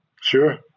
Sure